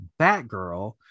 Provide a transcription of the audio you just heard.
Batgirl